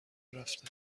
رفته